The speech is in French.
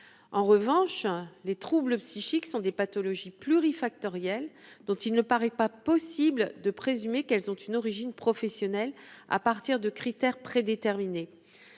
en revanche, les troubles psychiques sont des pathologies pluri-factorielles dont il ne paraît pas possible de présumer qu'elles ont une origine professionnelle à partir de critères prédéterminés